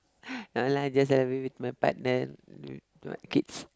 no lah just every week my partner kids